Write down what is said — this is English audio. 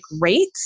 rates